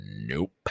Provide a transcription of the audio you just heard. nope